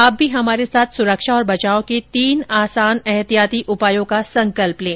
आप भी हमारे साथ सुरक्षा और बचाव के तीन आसान एहतियाती उपायों का संकल्प लें